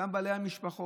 אותם בעלי משפחות,